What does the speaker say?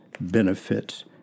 benefits